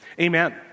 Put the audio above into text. Amen